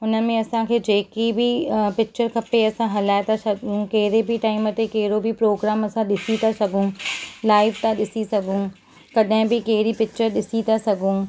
हुनमें असांखे जेकी बि पिक्चर खपे असां हलाए था सघूं कहिड़े बि टाइम ते कहिड़ो बि प्रोग्राम असां ॾिसी था सघूं लाइव था ॾिसी सघूं कॾहिं बि कहिड़ी पिक्चर ॾिसी था सघूं